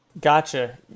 Gotcha